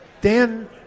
Dan